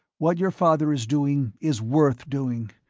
what your father is doing is worth doing,